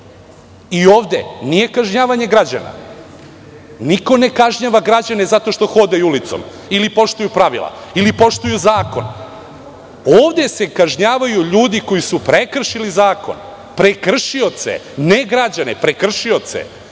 ovde, nije kažnjavanje građana, niko ne kažnjava građane zato što hodaju ulicom, ili poštuju pravila, ili poštuju zakon, ovde se kažnjavaju ljudi koji su prekršili zakon, prekršioce, ne građane, prekršioce.